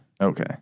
Okay